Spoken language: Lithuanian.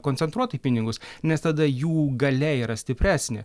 koncentruotai pinigus nes tada jų galia yra stipresnė